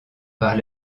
par